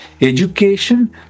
education